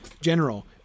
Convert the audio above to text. general